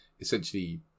essentially